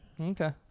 Okay